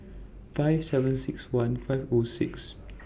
five seven six one five O six